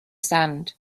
sand